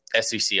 SEC